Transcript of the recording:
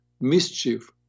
mischief